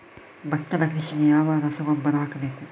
ಭತ್ತದ ಕೃಷಿಗೆ ಯಾವ ರಸಗೊಬ್ಬರ ಹಾಕಬೇಕು?